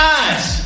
eyes